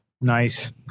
Nice